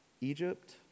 Egypt